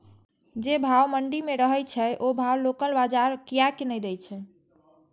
जे भाव मंडी में रहे छै ओ भाव लोकल बजार कीयेक ने दै छै?